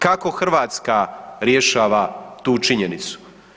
Kako Hrvatska rješava tu činjenicu?